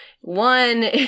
one